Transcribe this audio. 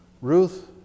Ruth